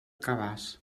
cabàs